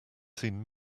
seen